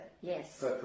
Yes